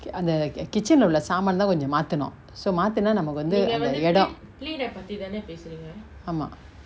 அந்த:antha ah kitchen lah உள்ள சாமாந்தா கொஞ்சோ மாத்தனு:ulla saamantha konjo mathanu so மாத்துனா நமக்கு வந்து அந்த எடோ ஆமா:maathuna namaku vanthu antha edo aama